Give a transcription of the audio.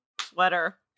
sweater